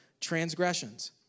transgressions